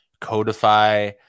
codify